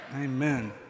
Amen